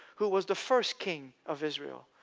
who was the first king of israel.